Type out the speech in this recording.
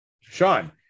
Sean